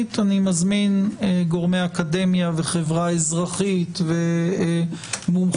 אני מזמין גורמי אקדמיה וחברה אזרחית ומומחים